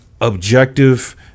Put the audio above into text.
objective